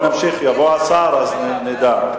יבוא השר, אז נדע.